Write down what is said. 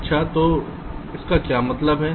अच्छा तो इसका क्या मतलब है